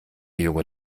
junge